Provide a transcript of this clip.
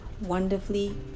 wonderfully